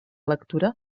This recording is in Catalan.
lectura